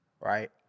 right